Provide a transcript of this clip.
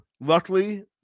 luckily